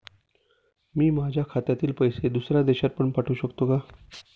मी माझ्या खात्यातील पैसे दुसऱ्या देशात पण पाठवू शकतो का?